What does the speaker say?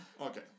okay